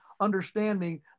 understanding